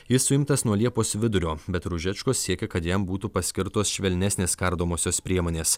jis suimtas nuo liepos vidurio bet ružečko siekia kad jam būtų paskirtos švelnesnės kardomosios priemonės